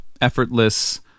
effortless